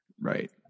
right